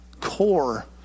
core